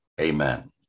Amen